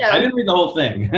i didn't read the whole thing.